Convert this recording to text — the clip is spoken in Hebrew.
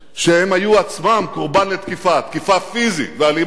שהם היו עצמם קורבן לתקיפה, תקיפה פיזית ואלימה.